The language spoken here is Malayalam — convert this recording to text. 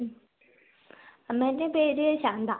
അ അമ്മൻ്റെ പേര് ശാന്ത